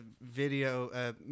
video